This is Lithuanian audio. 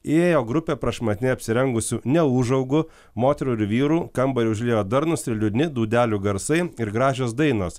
įėjo grupė prašmatniai apsirengusių neūžaugų moterų ir vyrų kambarį užliejo darnūs ir liūdni dūdelių garsai ir gražios dainos